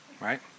Right